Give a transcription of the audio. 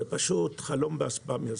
זה פשוט חלום באספמיה.